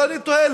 ואני תוהה,